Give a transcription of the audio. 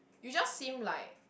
you just seem like